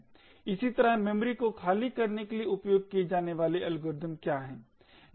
इसी तरह मेमोरी को खाली करने के लिए उपयोग किए जाने वाले एल्गोरिदम क्या हैं